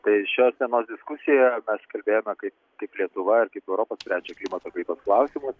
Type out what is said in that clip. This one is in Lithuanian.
tai šios dienos diskusijoje kalbėjome kaip kaip lietuva ir kaip europa sprendžia klimato kaitos klausimus